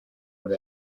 muri